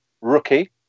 rookie